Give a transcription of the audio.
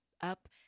up